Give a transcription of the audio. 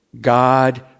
God